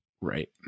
Right